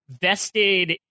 vested